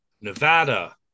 Nevada